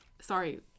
sorry